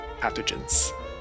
pathogens